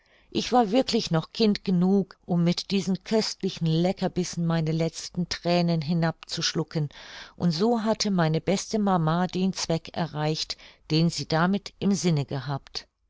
ich war wirklich noch kind genug um mit diesen köstlichen leckerbissen meine letzten thränen hinab zu schlucken und so hatte meine beste mama den zweck erreicht den sie damit im sinne gehabt